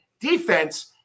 defense